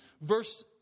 verse